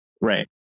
Right